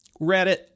Reddit